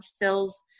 fills